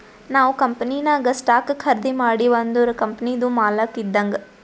ನಾವ್ ಕಂಪನಿನಾಗ್ ಸ್ಟಾಕ್ ಖರ್ದಿ ಮಾಡಿವ್ ಅಂದುರ್ ಕಂಪನಿದು ಮಾಲಕ್ ಇದ್ದಂಗ್